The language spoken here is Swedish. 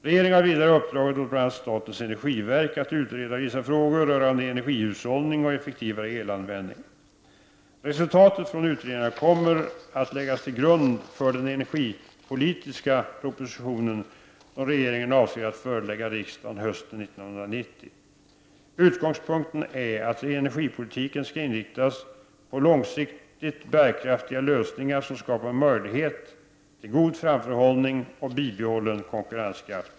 Regeringen har vidare uppdragit åt bl.a. statens energiverk att utreda vissa frågor rörande energihushållning och effektivare elanvändning. Resultaten från utredningarna kommer att läggas till grund för den energipolitiska proposition som regeringen avser att förelägga riksdagen hösten 1990. Utgångspunkten är att energipolitiken skall inriktas på långsiktigt bärkraftiga lösningar som skapar möjlighet till god framförhållning och bibehållen konkurrenskraft.